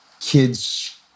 kids